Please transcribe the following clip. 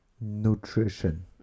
nutrition